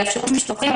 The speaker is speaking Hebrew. יאפשרו משלוחים,